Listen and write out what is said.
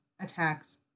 attacks